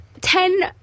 Ten